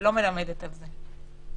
לא מלמדת על זה.